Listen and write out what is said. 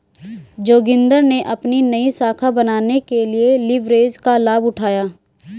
जोगिंदर ने अपनी नई शाखा बनाने के लिए लिवरेज का लाभ उठाया